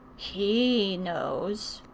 he knows.